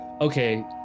okay